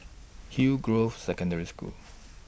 Hillgrove Secondary School